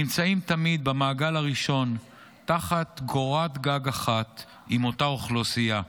נמצאים תמיד במעגל הראשון תחת קורת גג אחת עם אותה אוכלוסייה.